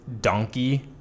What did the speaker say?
donkey